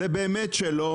זה באמת שלו,